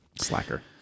Slacker